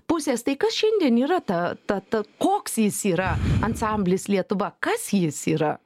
pusės tai kas šiandien yra ta ta koks jis yra ansamblis lietuva kas jis yra